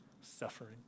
suffering